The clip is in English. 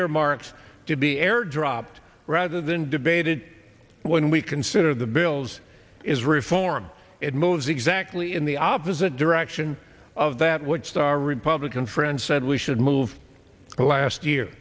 earmarks to be airdropped rather than debated when we consider the bills is reform it moves exactly in the opposite direction of that what star republican friend said we should move last year